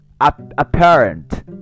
apparent